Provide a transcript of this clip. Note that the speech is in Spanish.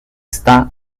está